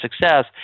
success